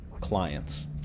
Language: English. clients